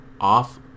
off